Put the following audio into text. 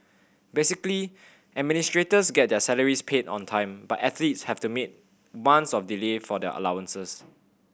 basically administrators get their salaries paid on time but athletes have to months of delay for their allowances